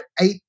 eight